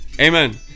Amen